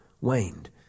waned